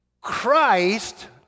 Christ